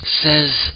says